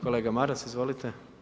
Kolega Maras, izvolite.